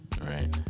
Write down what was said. right